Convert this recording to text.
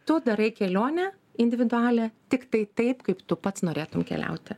tu darai kelionę individualią tiktai taip kaip tu pats norėtum keliauti